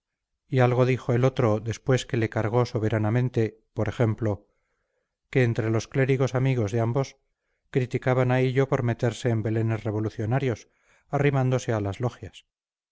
y algo dijo el otro después que le cargó soberanamente por ejemplo que entre los clérigos amigos de ambos criticaban a hillo por meterse en belenes revolucionarios arrimándose a las logias